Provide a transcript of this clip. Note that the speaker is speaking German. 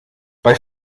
bei